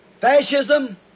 Fascism